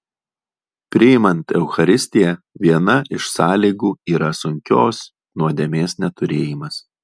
priimant eucharistiją viena iš sąlygų yra sunkios nuodėmės neturėjimas